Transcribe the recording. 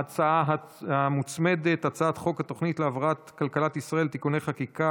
ההצעה להעביר את הצעת חוק התוכנית להבראת כלכלת ישראל (תיקוני חקיקה